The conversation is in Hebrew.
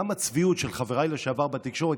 כמה צביעות של חבריי לשעבר בתקשורת,